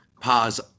Pause